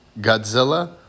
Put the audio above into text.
Godzilla